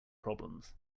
problems